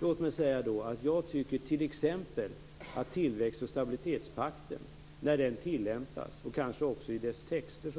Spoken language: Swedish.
Låt mig säga att jag t.ex. tycker att tillväxt och stabilitetspaktens tilllämpning och kanske så småningom också dess texter